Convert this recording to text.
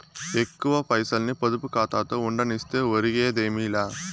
ఎక్కువ పైసల్ని పొదుపు కాతాలో ఉండనిస్తే ఒరిగేదేమీ లా